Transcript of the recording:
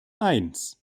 eins